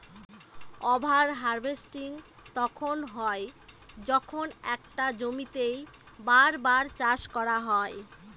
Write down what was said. over harvesting তখন হয় যখন একটা জমিতেই বার বার চাষ করা হয়